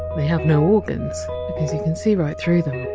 they have no organs, because you can see right through them.